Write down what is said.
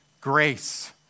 grace